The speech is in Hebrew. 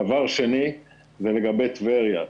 דבר שני זה לגבי טבריה.